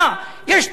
יש תהליך.